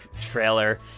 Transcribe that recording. trailer